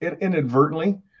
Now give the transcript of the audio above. inadvertently